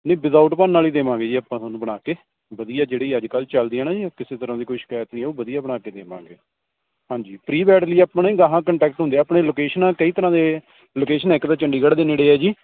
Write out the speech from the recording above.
ਨਹੀਂ ਵਿਦਾਊਟ ਭਰਨ ਵਾਲੀ ਦੇਵਾਂਗੇ ਜੀ ਆਪਾਂ ਤੁਹਾਨੂੰ ਬਣਾ ਕੇ ਵਧੀਆ ਜਿਹੜੀ ਅੱਜ ਕੱਲ੍ਹ ਚੱਲਦੀ ਹੈ ਨਾ ਜੀ ਉਹ ਕਿਸੇ ਤਰ੍ਹਾਂ ਦੀ ਕੋਈ ਸ਼ਿਕਾਇਤ ਨਹੀਂ ਆਉ ਵਧੀਆ ਬਣਾ ਕੇ ਦੇਵਾਂਗੇ ਹਾਂਜੀ ਪਰੀ ਵੈਡਿੰਗ ਲਈ ਆਪਾਂ ਨੇ ਗਾਹਾਂ ਕੰਟੈਕਟ ਹੁੰਦੇ ਆਪਣੇ ਲੋਕੇਸ਼ਨਾਂ ਕਈ ਤਰ੍ਹਾਂ ਦੇ ਲੋਕੇਸ਼ਨ ਇੱਕ ਤਾਂ ਚੰਡੀਗੜ੍ਹ ਦੇ ਨੇੜੇ ਆ ਜੀ